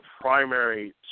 primary